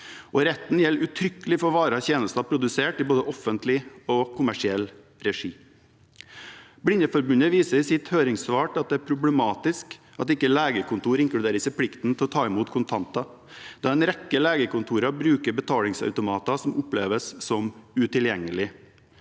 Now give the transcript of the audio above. retten gjelder uttrykkelig for varer og tjenester produsert i både offentlig og kommersiell regi. Blindeforbundet viser i sitt høringssvar til at det er problematisk at ikke legekontor inkluderes i plikten til å ta imot kontanter, da en rekke legekontor bruker betalingsautomater som oppleves som utilgjengelige.